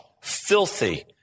filthy